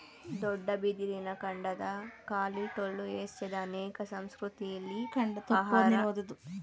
ದೊಡ್ಡ ಬಿದಿರಿನ ಕಾಂಡದ ಖಾಲಿ ಟೊಳ್ಳು ಏಷ್ಯಾದ ಅನೇಕ ಸಂಸ್ಕೃತಿಲಿ ಆಹಾರ ಬೇಯಿಸಲು ಬಳಸಲಾಗ್ತದೆ